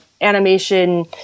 animation